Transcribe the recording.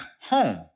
home